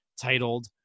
titled